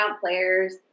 players